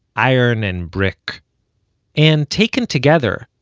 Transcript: iron and brick and taken together,